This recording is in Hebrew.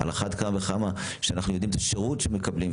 על אחת כמה וכמה כשמדובר על בתי חולים ועל שירות שאנשים מקבלים בהם.